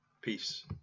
Peace